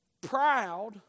proud